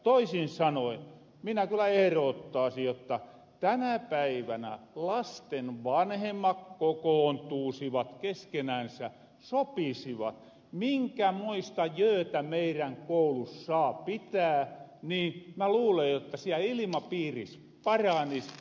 toisin sanoen minä kyllä ehroottaasin jotta tänä päivänä lasten vanhemmat kokoontuusivat keskenänsä sopisivat minkämoista jöötä meirän koulus saa pitää niin mä luulen jotta siellä ilmapiiri paranis